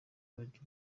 bagira